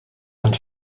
and